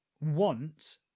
want